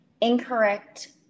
Incorrect